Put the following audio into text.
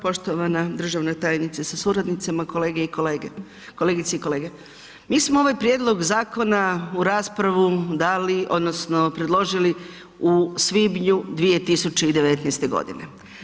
Poštovana državna tajnica sa suradnicima, kolege i kolege, kolegice i kolege, mi smo ovaj prijedlog zakona u raspravu dali odnosno predložili u svibnju 2019. godine.